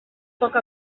poc